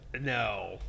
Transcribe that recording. No